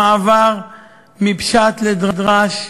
במעבר מפשט לדרש,